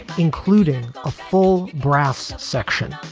including a full brass section.